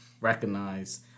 recognize